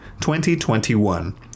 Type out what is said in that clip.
2021